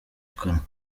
kanwa